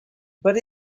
but